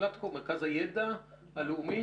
מרכז הידע הלאומי